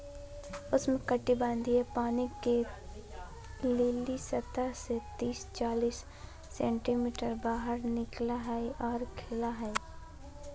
उष्णकटिबंधीय पानी के लिली सतह से तिस चालीस सेंटीमीटर बाहर निकला हइ और खिला हइ